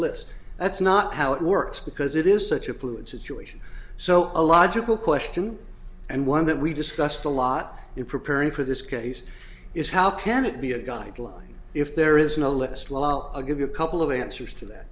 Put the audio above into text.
list that's not how it works because it is such a fluid situation so a logical question and one that we discussed a lot in preparing for this case is how can it be a guideline if there isn't a list well a give you a couple of answers to that